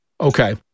Okay